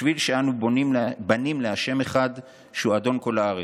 בשביל שאנו בנים לה' אחד, שהוא אדון כל הארץ.